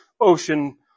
Ocean